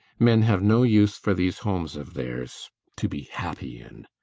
men have no use for these homes of theirs to be happy in.